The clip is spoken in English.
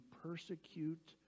persecute